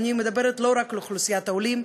אני מדברת לא רק על אוכלוסיית העולים,